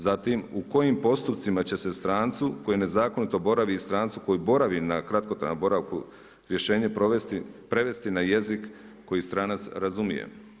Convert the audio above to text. Zatim u kojim postupcima će se strancu koji nezakonito boravi i strancu koji boravi na kratkotrajnom boravku rješenje prevesti na jezik koji stranac razumije.